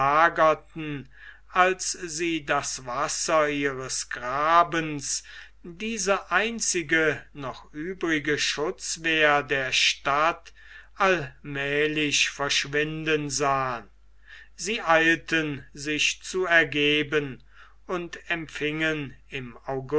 als sie das wasser ihres grabens diese einzige noch übrige schutzwehr der stadt allmählich verschwinden sahen sie eilten sich zu ergeben und empfingen im